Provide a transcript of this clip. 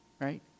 right